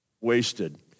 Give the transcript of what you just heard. wasted